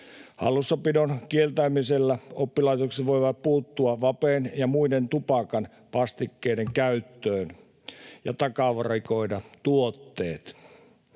Hallussapidon kieltämisellä oppilaitokset voivat puuttua vapen ja muiden tupakan vastikkeiden käyttöön ja takavarikoida tuotteet.